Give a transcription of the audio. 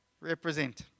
Represent